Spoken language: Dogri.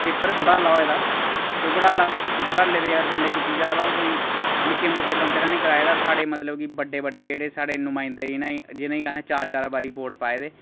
पेपर घोटाला होए दा ते ओह् घोटाला घोटाले दी अगर गल्ल कीती जा त ते ओह् कोई निक्के मुट्टे बंदे ने निं कराए दा साढ़े मतलब कि बड्डे बड्डे जेह्ड़े साढ़े नुमायंदे इ'नें जि'नेंगी असें चार चार बारी वोट पाए दे